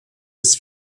ist